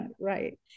right